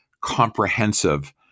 comprehensive